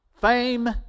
fame